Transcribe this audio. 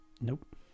nope